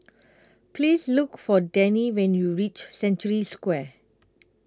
Please Look For Denny when YOU REACH Century Square